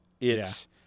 it's-